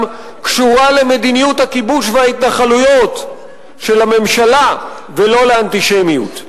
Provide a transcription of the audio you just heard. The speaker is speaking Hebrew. קשורה למדיניות הכיבוש וההתנחלויות של הממשלה ולא לאנטישמיות.